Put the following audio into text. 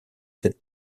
cette